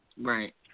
right